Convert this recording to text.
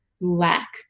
lack